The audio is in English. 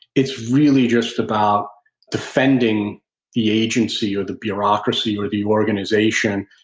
it's really just about defending the agency, or the bureaucracy, or the organization,